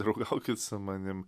draugaukit su manim